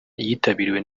yitabiriwe